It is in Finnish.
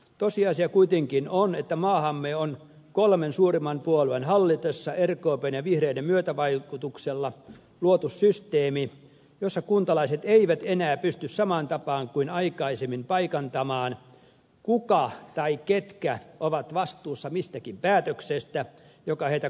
tosiasia kuitenkin on että maahamme on kolmen suurimman puolueen hallitessa rkpn ja vihreiden myötävaikutuksella luotu systeemi jossa kuntalaiset eivät enää pysty samaan tapaan kuin aikaisemmin paikantamaan kuka tai ketkä ovat vastuussa mistäkin päätöksestä joka heitä koskettaa